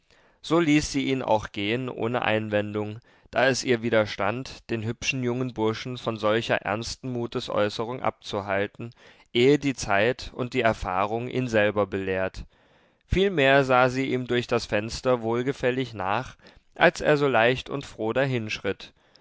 so ließ sie ihn auch gehen ohne einwendung da es ihr widerstand den hübschen jungen burschen von solcher ersten mutesäußerung abzuhalten ehe die zeit und die erfahrung ihn selber belehrt vielmehr sah sie ihm durch das fenster wohlgefällig nach als er so leicht und froh